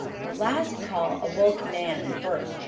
the last call awoke nan and bert,